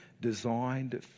designed